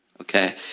Okay